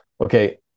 Okay